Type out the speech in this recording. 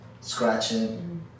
scratching